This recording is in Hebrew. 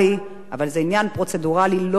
אבל זה עניין פרוצדורלי לא סביר.